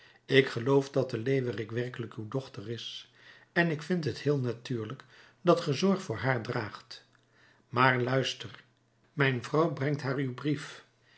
ik geloof dat de leeuwerik werkelijk uw dochter is en ik vind het heel natuurlijk dat ge zorg voor haar draagt maar luister mijn vrouw brengt haar uw brief